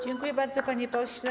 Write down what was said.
Dziękuję bardzo, panie pośle.